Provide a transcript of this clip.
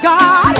God